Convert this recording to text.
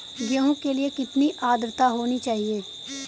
गेहूँ के लिए कितनी आद्रता होनी चाहिए?